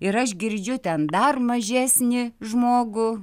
ir aš girdžiu ten dar mažesnį žmogų